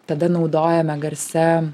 tada naudojame garse